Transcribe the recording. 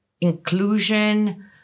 inclusion